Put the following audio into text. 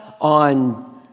on